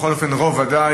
בכל אופן יש רוב ודאי.